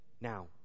now